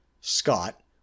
Scott